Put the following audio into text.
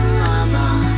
lover